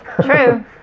True